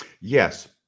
Yes